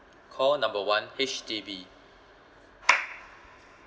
call number one H_D_B